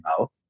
out